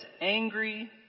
angry